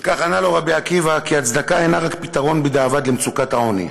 על כך ענה לו רבי עקיבא כי הצדקה אינה רק פתרון בדיעבד למצוקת העוני,